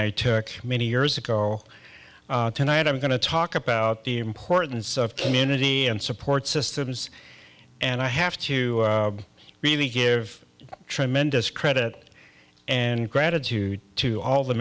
i took many years ago tonight i'm going to talk about the importance of community and support systems and i have to really give tremendous credit and gratitude to all the